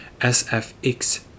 SFX